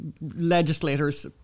legislators